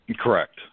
Correct